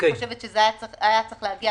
אני חושבת שזה היה צריך להגיע